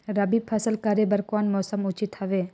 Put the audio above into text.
रबी फसल करे बर कोन मौसम उचित हवे?